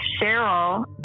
Cheryl